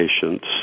patients